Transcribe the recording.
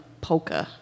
polka